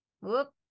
Whoop